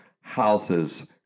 houses